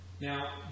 Now